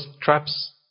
traps